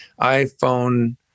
iPhone